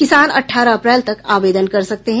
किसान अठारह अप्रैल तक आवेदन कर सकते हैं